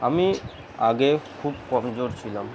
আমি আগে খুব কমজোর ছিলাম